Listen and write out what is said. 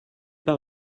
pas